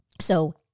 So-